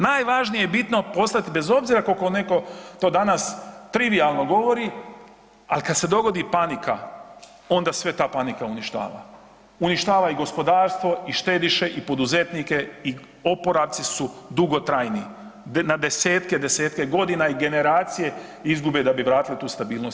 Najvažnije je bitno poslat bez obzira koliko neko to danas trivijalno govori, ali kad se dogodi panika onda sve ta panika uništava, uništava i gospodarstvo i štediše i poduzetnike i oporavci su dugotrajni, na desetke, desetke godina i generacije izgube da bi vratili tu stabilnost.